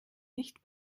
nicht